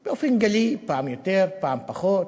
באופן גלי, פעם יותר, פעם פחות.